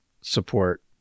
support